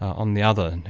on the other